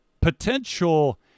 potential